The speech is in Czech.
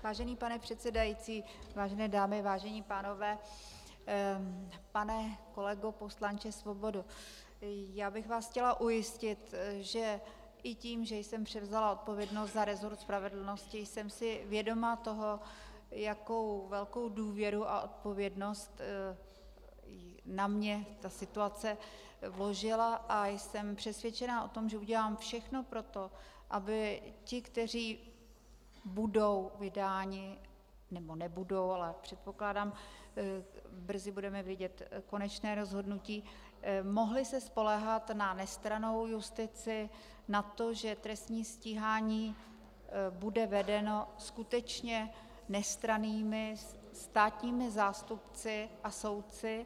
Vážený pane předsedající, vážené dámy, vážení pánové, pane kolego poslanče Svobodo, já bych vás chtěla ujistit, že i tím, že jsem převzala odpovědnost za resort spravedlnosti, jsem si vědoma toho, jakou velkou důvěru a odpovědnost na mne ta situace vložila, a jsem přesvědčena o tom, že udělám všechno pro to, aby ti, kteří budou vydáni, nebo nebudou, ale předpokládám, brzy budeme vědět konečné rozhodnutí mohli se spoléhat na nestrannou justici, na to, že trestní stíhání bude vedeno skutečně nestrannými státními zástupci a soudci.